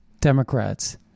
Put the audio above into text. democrats